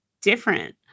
different